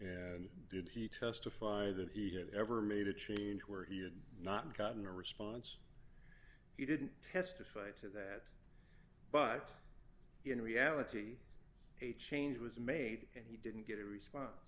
and did he testified that he had ever made a change where he had not gotten a response he didn't testify to that but in reality a change was made and he didn't get a response